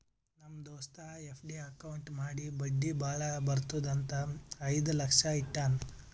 ನಮ್ ದೋಸ್ತ FD account ಮಾಡಿ ಬಡ್ಡಿ ಭಾಳ ಬರ್ತುದ್ ಅಂತ್ ಐಯ್ದ ಲಕ್ಷ ಇಟ್ಟಾನ್